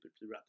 throughout